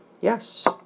Yes